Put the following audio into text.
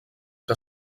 que